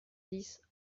dix